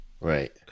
right